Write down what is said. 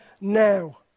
now